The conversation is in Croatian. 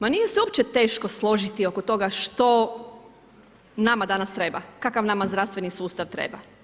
Ma nije se uopće teško složiti oko toga, što nama danas treba, kakav nama zdravstveni sustav treba?